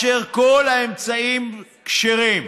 וכל האמצעים כשרים.